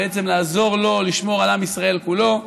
ובעצם לעזור לו לשמור על עם ישראל כולו.